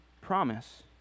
promise